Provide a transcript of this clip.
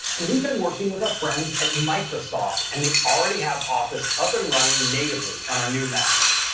and we've been working with our friends at microsoft, and they already have office up and running natively on our new macs.